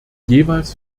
jeweils